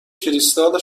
کریستال